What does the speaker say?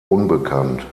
unbekannt